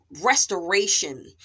restoration